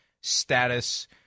status